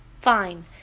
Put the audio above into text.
Fine